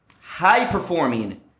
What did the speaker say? high-performing